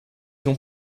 ont